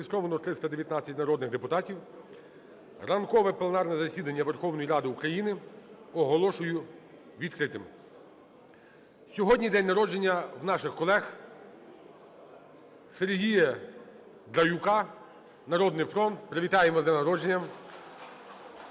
Сьогодні день народження у наших колег, Сергія Драюка, "Народний фронт". Привітаємо з днем народження!